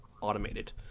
automated